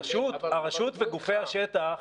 הרשות וגופי השטח,